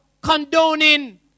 condoning